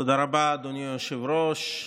תודה רבה, אדוני היושב-ראש.